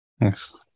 yes